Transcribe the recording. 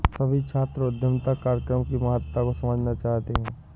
सभी छात्र उद्यमिता कार्यक्रम की महत्ता को समझना चाहते हैं